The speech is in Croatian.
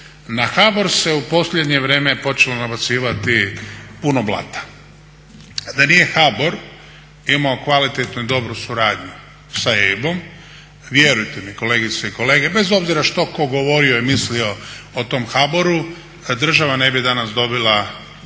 Na HBOR se u posljednje vrijeme počelo nabacivati puno blata. Da nije HBOR imao kvalitetnu i dobru suradnju sa EIB-om vjerujte mi kolegice i kolege bez obzira što tko govorio i mislio o tom HBOR-u država danas ne bi dobila